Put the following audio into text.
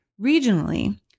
regionally